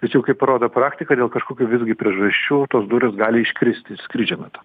tačiau kaip rodo praktika dėl kažkokių visgi priežasčių tos durys gali iškristi skrydžio metu